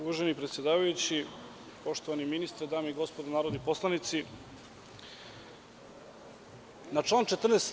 Uvaženi predsedavajući, poštovani ministre, dame i gospodo narodni poslanici, na član 14.